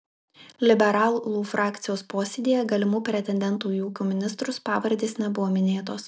liberalų frakcijos posėdyje galimų pretendentų į ūkio ministrus pavardės nebuvo minėtos